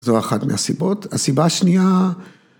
‫זו אחת מהסיבות. הסיבה השנייה...